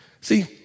See